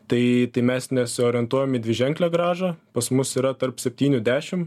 tai tai mes nesiorientuojam į dviženklę grąžą pas mus yra tarp septynių dešim